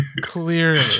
Clearly